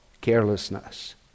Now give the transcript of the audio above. carelessness